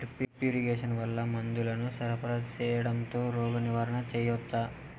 Drip irrigation వల్ల మందులను సరఫరా సేయడం తో రోగ నివారణ చేయవచ్చా?